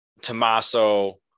Tommaso